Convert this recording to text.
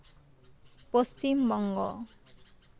Paschim Banga